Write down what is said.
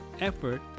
effort